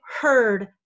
heard